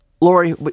Lori